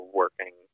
working